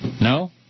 No